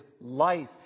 life